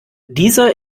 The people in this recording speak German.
dieser